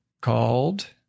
called